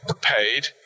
paid